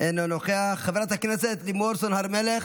אינו נוכח, חברת הכנסת לימור סון הר מלך,